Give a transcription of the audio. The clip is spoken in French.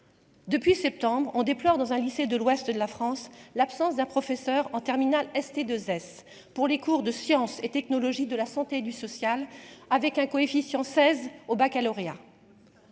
depuis septembre, on déplore dans un lycée de l'ouest de la France, l'absence d'un professeur en terminale ST2S pour les cours de sciences et technologies de la santé et du social avec un coefficient 16 au Baccalauréat.